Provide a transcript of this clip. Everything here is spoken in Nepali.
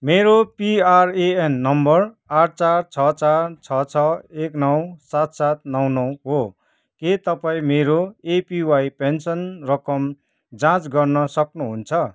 मेरो पिआरएएन नम्बर आठ चार छ चार छ छ एक नौ सात सात नौ नौ हो के तपाईँ मेरो एपिवाई पेन्सन रकम जाँच गर्न सक्नुहुन्छ